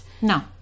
No